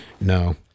No